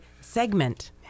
segment